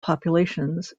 populations